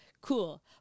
cool